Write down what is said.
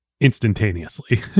instantaneously